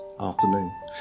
afternoon